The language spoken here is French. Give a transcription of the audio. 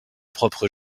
propres